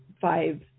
five